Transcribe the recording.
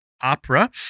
opera